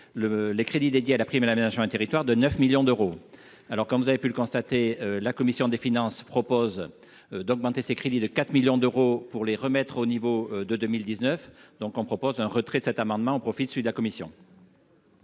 les crédits dédiés à la prime à l'aménagement des territoires de 9 millions d'euros, alors comme vous avez pu le constater, la commission des finances propose d'augmenter ses crédits de 4 millions d'euros pour les remettre au niveau de 2019 donc on propose un retrait de cet amendement au profit de celui de la commission.